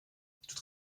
toute